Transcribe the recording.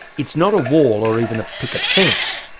it's not a wall or even a picket fence.